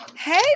Hey